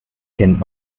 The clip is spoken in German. kennt